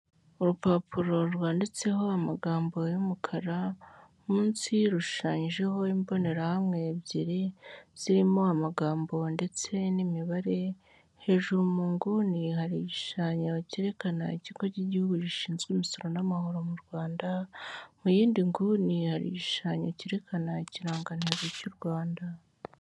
Urupapuro rwanditseho amagambo y'umukara, munsi rushushanyijeho imbonerahamwe ebyiri, zirimo amagambo ndetse n'imibare, hejuru munguni hari igishushanyo cyerekana ikigo cy'igihugu gishinzwe imisoro n'amahoro mu Rwanda, mu yindi nguni hari igishushanyo cyerekana ikirangantego cy'u Rwanda.